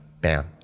bam